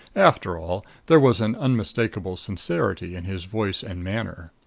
after all, there was an unmistakable sincerity in his voice and manner.